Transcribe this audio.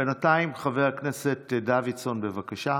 בינתיים, חבר הכנסת דוידסון, בבקשה.